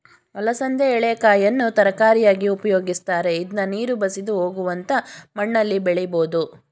ಅಲಸಂದೆ ಎಳೆಕಾಯನ್ನು ತರಕಾರಿಯಾಗಿ ಉಪಯೋಗಿಸ್ತರೆ, ಇದ್ನ ನೀರು ಬಸಿದು ಹೋಗುವಂತ ಮಣ್ಣಲ್ಲಿ ಬೆಳಿಬೋದು